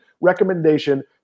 recommendation